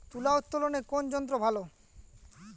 তুলা উত্তোলনে কোন যন্ত্র ভালো?